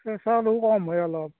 কম হয় অলপ